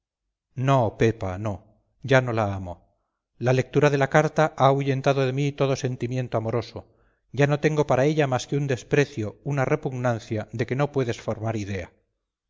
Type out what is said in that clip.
no pepa no ya no la amo la lectura de la carta ha ahuyentado de mí todo sentimiento amoroso ya no tengo para ella más que un desprecio una repugnancia de que no puedes formar idea